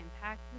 impact